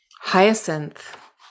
Hyacinth